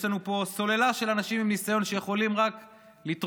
יש לנו פה סוללה של אנשים עם ניסיון שיכולים רק לתרום.